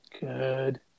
Good